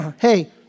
Hey